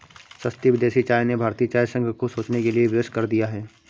सस्ती विदेशी चाय ने भारतीय चाय संघ को सोचने के लिए विवश कर दिया है